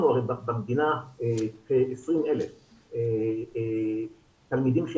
במדינה כ-20,000 ילדים וילדות,